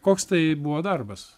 koks tai buvo darbas